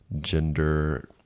gender